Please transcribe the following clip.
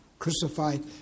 crucified